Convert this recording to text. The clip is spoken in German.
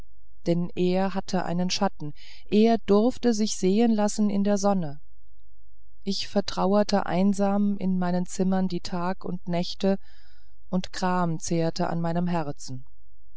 denn er hatte einen schatten er durfte sich sehen lassen in der sonne ich vertrauerte einsam in meinen zimmern die tag und nächte und gram zehrte an meinem herzen